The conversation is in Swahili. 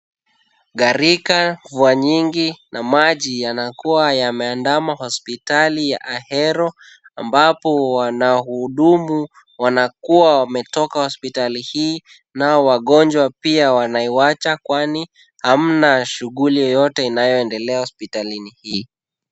Ngarika, mvua nyingi na maji, yanakuwa yameandama hospitali ya Ahero ambapo wanahudumu wanakuwa wametoka hospitali hii, nao wagonjwa pia wanaiwacha kwani hamna shughuli yoyote inayoendelea hospitalini hii.